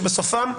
שבסופם,